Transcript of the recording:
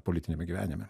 politiniame gyvenime